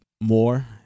more